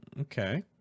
Okay